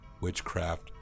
Witchcraft